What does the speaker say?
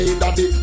daddy